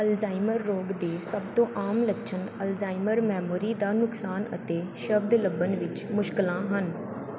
Alzheimer ਰੋਗ ਦੇ ਸਭ ਤੋਂ ਆਮ ਲੱਛਣ ਅਲਜ਼ਾਈਮਰ ਮੈਮੋਰੀ ਦਾ ਨੁਕਸਾਨ ਅਤੇ ਸ਼ਬਦ ਲੱਭਣ ਵਿੱਚ ਮੁਸ਼ਕਲਾਂ ਹਨ